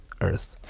Earth